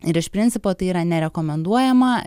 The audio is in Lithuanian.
ir iš principo tai yra nerekomenduojama